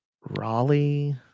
Raleigh